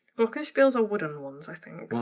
glockenspiels are wooden ones, i think.